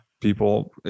people